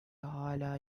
hâlâ